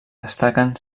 destaquen